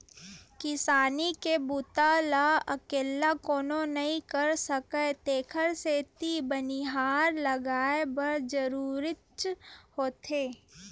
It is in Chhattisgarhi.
किसानी के बूता ल अकेल्ला कोनो नइ कर सकय तेखर सेती बनिहार लगये बर जरूरीच होथे